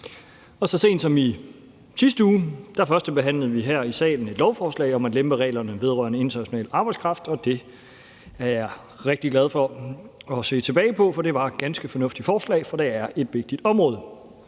er. Så sent som i sidste uge førstebehandlede vi her i salen et lovforslag om at lempe reglerne vedrørende international arbejdskraft, og det er jeg rigtig glad for at se tilbage på, for det var et ganske fornuftigt forslag, og det er et vigtigt område.